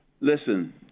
listen